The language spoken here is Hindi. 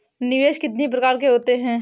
निवेश कितनी प्रकार के होते हैं?